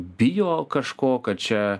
bijo kažko kad čia